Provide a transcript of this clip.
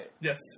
Yes